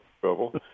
trouble